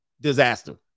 Disaster